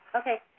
Okay